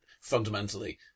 fundamentally